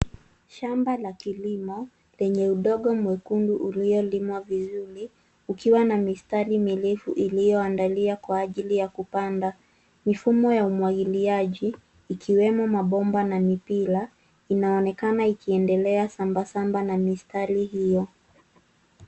Shamba la kilimo lenye udongo mwekundu uliolimwa vizuri; ikiwa na mistari mirefu iliyoandalia kwa ajili ya kupanda. Mifumo ya umwagiliaji ikiwemo mabomba na mipira inaonekana ikiendelea sambamba na mistari hiyo.